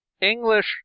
English